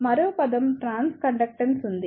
మరో పదం ట్రాన్స్కండక్టెన్స్ ఉంది